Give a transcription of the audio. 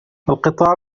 القطار